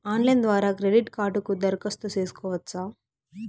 Online ద్వారా credit కార్డుకు దరఖాస్తు సేసుకోవచ్చా?